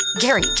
Gary